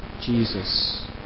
Jesus